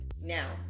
Now